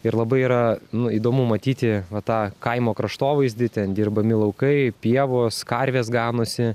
ir labai yra nu įdomu matyti va tą kaimo kraštovaizdį ten dirbami laukai pievos karvės ganosi